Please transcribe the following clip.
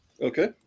Okay